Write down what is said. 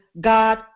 God